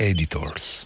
Editors